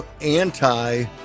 anti